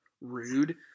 rude